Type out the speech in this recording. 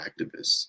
activists